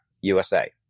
USA